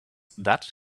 that